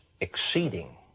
exceeding